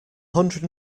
hundred